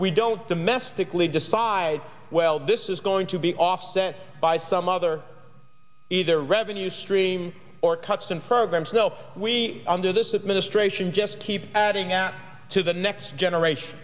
we don't domestically decide well this is going to be offset by some other either revenue streams or cuts in programs so we under this administration just keep adding at to the next generation